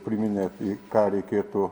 priminė į ką reikėtų